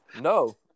No